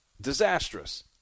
Disastrous